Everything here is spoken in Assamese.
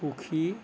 সুখী